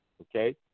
Okay